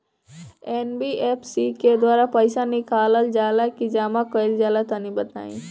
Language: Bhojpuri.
एन.बी.एफ.सी के द्वारा पईसा निकालल जला की जमा कइल जला तनि बताई?